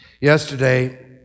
Yesterday